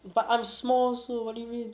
but I'm small also what do you mean